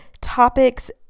topics